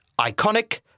Iconic